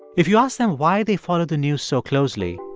if you ask them why they follow the news so closely,